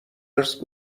ارث